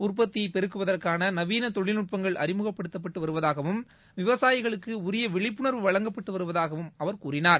உற்பத்தியை பெருக்குவதற்கான நவீன தொழில்நுட்பங்கள் அறிமுகப்படுத்தப்பட்டு வருவதாகவும் விவசாயிகளுக்கு உரிய விழிப்புணர்வு வழங்கப்பட்டு வருவதாகவும் அவர் தெரிவித்தார்